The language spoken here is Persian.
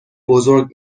بزرگ